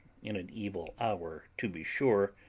in an evil hour to be sure,